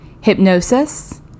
hypnosis